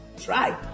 Try